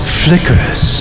flickers